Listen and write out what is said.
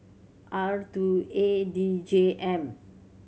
R two A D J M